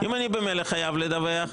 אם אני ממילא חייב לדווח,